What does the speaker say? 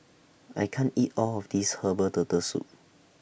I can't eat All of This Herbal Turtle Soup